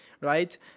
right